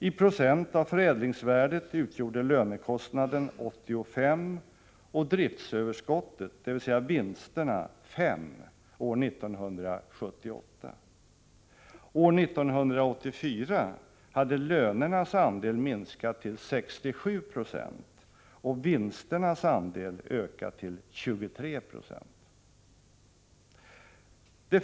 I procent av förädlingsvärdet utgjorde lönekostnaden 85 96 och driftsöverskottet, dvs. vinsterna, 596 år 1978. År 1984 hade lönernas andel minskat till 67 96 och vinsternas andel ökat till 23 90.